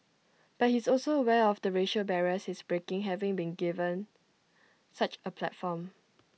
but he's also aware of the racial barriers he's breaking having been given such A platform